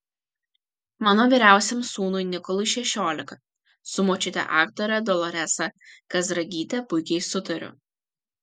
mano vyriausiam sūnui nikolui šešiolika su močiute aktore doloresa kazragyte puikiai sutariu